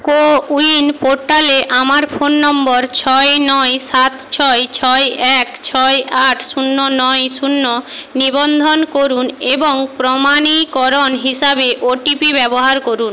CoWIN পোর্টালে আমার phone number ছয় নয় সাত ছয় ছয় এক ছয় আট শূন্য নয় শূন্য নিবন্ধন করুন এবং প্রমাণীকরণ হিসাবে ওটিপি ব্যবহার করুন